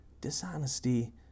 dishonesty